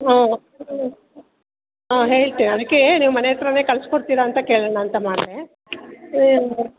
ಹಾಂ ಹಾಂ ಹೇಳ್ತೀನಿ ಅದಕ್ಕೇ ನೀವು ಮನೆ ಹತ್ರಾನೇ ಕಳಿಸ್ಕೊಡ್ತೀರಾ ಅಂತ ಕೇಳೋಣ ಅಂತ ಮಾಡಿದೆ